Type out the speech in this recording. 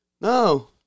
no